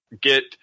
get